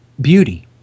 beauty